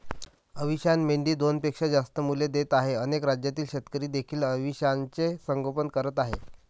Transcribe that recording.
अविशान मेंढी दोनपेक्षा जास्त मुले देत आहे अनेक राज्यातील शेतकरी देखील अविशानचे संगोपन करत आहेत